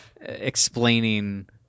explaining